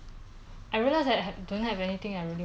actually nothing eh I just want my friend oh